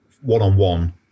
one-on-one